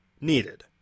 needed